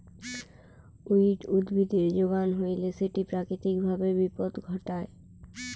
weed উদ্ভিদের যোগান হইলে সেটি প্রাকৃতিক ভাবে বিপদ ঘটায়